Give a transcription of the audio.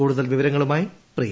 കൂടുതൽ വിവരങ്ങളുമായി പ്രിയ